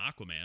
Aquaman